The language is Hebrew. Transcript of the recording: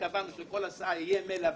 שקבענו שבכל הסעה יהיה מלווה.